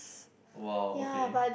!wow! okay